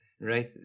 right